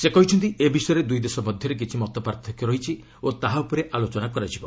ସେ କହିଛନ୍ତି ଏ ବିଷୟରେ ଦୂଇ ଦେଶ ମଧ୍ୟରେ କିଛି ମତପାର୍ଥକ୍ୟ ରହିଛି ଓ ତାହା ଉପରେ ଆଲୋଚନା ହେବ